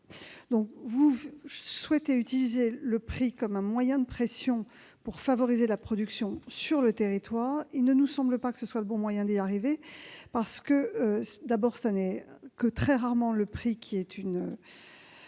Vous souhaitez utiliser le prix comme un moyen de pression pour favoriser la production sur le territoire. Il ne nous semble pas que ce soit le bon moyen d'y arriver, d'abord parce que le prix n'est que très rarement une cause de